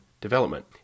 development